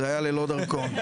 זה היה ללא דרכון.